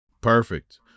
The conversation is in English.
Perfect